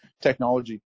technology